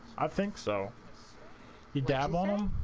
i think so the gabon um